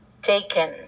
Taken